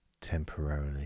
temporarily